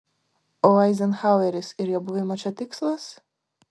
o eizenhaueris ir jo buvimo čia tikslas